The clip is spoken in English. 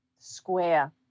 Square